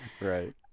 Right